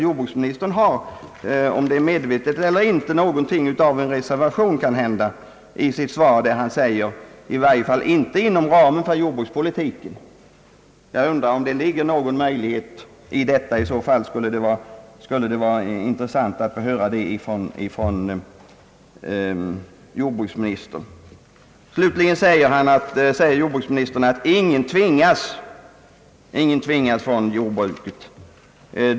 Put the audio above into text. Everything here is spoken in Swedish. Jordbruksministern har — medvetet eller inte — något av en reservation i sitt svar, där han säger »i varje fall inte inom ramen för jordbrukspolitiken». Jag undrar om det ändå ligger något av en möjlighet i detta. I så fall vore det intressant att få höra närmare ifrån jordbruksministern härom. Slutligen säger jordbruksministern att ingen tvingas från jordbruket.